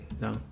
No